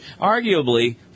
arguably